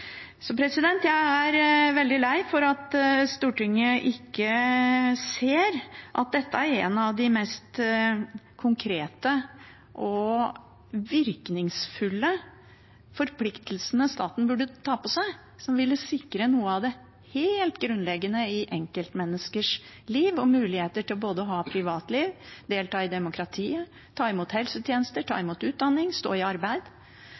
Jeg er veldig lei for at Stortinget ikke ser at dette er en av de mest konkrete og virkningsfulle forpliktelsene staten burde ta på seg, som ville sikre noe av det helt grunnleggende i enkeltmenneskers liv og muligheter til både å ha privatliv, delta i demokratiet, ta imot helsetjenester, ta imot utdanning, stå i arbeid